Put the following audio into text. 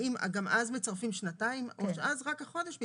האם גם אז מצרפים שנתיים או שאז רק החודש מצטרף?